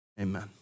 Amen